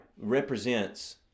represents